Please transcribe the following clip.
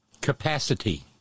Capacity